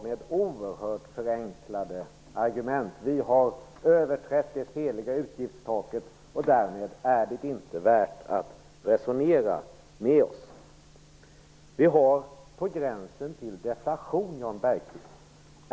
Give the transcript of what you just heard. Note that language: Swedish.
Han menar att vi i Vänsterpartiet har överträtt det heliga utgiftstaket och att det därmed inte är värt att resonera med oss. Sverige är på gränsen till deflation, Jan Bergqvist.